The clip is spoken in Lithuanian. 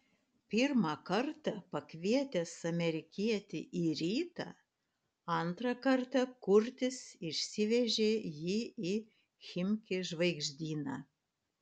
pirmą kartą pakvietęs amerikietį į rytą antrą kartą kurtis išsivežė jį į chimki žvaigždyną